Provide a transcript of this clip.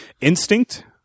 Instinct